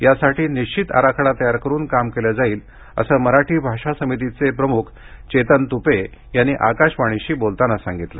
यासाठी निश्चित आराखडा तयार करून काम केलं जाईल असं मराठी भाषा समितीचे प्रमुख चेतन तुपे यांनी आकाशवाणीशी बोलताना सांगितलं